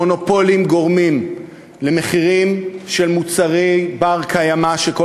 המונופולים גורמים למחירים של מוצרים בני-קיימא שכל